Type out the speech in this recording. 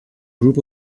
group